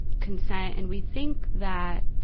consent. and we think that,